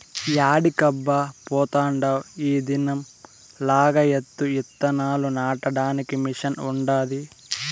యాడికబ్బా పోతాండావ్ ఈ దినం లగాయత్తు ఇత్తనాలు నాటడానికి మిషన్ ఉండాది